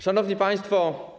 Szanowni Państwo!